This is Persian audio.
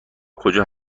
کجا